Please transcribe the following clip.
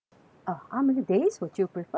uh how many days would you prefer